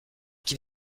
qui